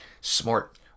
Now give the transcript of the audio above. smart